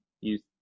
use